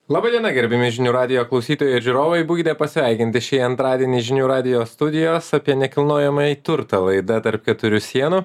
laba diena gerbiami žinių radijo klausytojai ir žiūrovai būkite pasveikinti šį antradienį iš žinių radijo studijos apie nekilnojamąjį turtą laida tarp keturių sienų